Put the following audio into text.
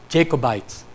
Jacobites